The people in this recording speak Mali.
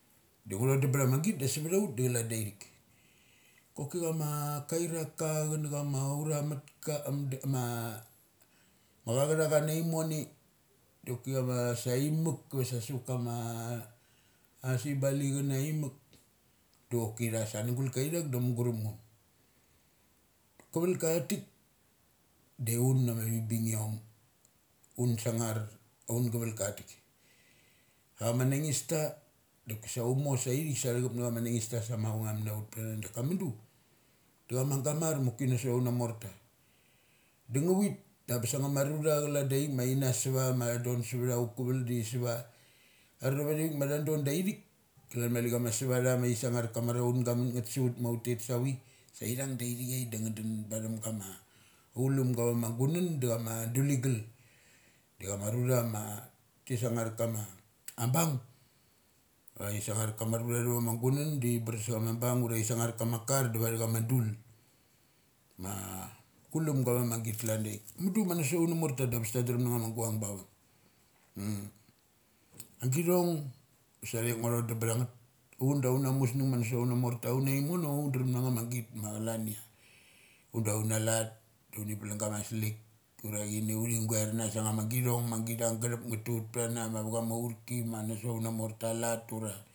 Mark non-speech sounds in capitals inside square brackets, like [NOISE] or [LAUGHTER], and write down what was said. Da ngu thodum btha ma git da savat aut da chalan daithik. Koki chama kairak ka chanachama uramat ka da ama a chachuthana nai mone. Doki chama sai muk vasa sava kama asibali chana im muk doki tha sa cha cha ma nugul ka ithak sa cha nugul ka itak sa mugurup ngo. Kaval ka ithaitik da un ama vi bingiom un sangar un sangar aun gavalka thatik. Ama nagista dakisa umo sa ithiksa ama nangista sa umo mavangum btha ut pthana daka mudu, da chama gamar ma choki na sot auna morta. Da ngavit angabes anga ma rura chalan dai thik ma ina suva ma tha don savtha ukaval da thi suva. Arura avathi vik maths don da ithik klan mali chama suva tha ma thi sangar kama araunga mangeth su ut ma ut tet sa vi saithing daithi chai, da nga don batham gama achu lumga ava ma gun an da ava ma duligal. Da chama rura mati sangar kama am bung mathi sangar kama rura athava ma gun am da thi bar sa cha ma bung. Urathi sangar kama kar diva thum gama dul. Ma kulamga ava magit klan dai thik. Mudu ma na sot auna morta da best ta drem na nga ma guang ba chavung. [UNINTELLIGIBLE] agi thong sa ti athik ngua thodum btha ngeth. Undauna musung da na soth auna morta, auai mono undrem nama git ma chalan ia unda unalat, uni plung gama slik ura uthi guarna sang nga gi thong ma git angga thup nga tu ut ptha na mava kama aurki ma nasot aun na morta lat ura.